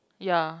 ya